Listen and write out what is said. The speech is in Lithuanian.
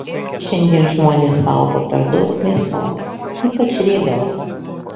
šiandien žmonės valgo per daug mėsos ypač riebios